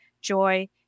joy